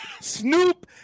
Snoop